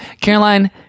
Caroline